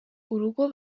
urugo